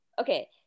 okay